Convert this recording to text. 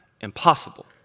impossible